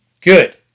Good